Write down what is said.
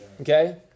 Okay